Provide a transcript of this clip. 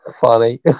funny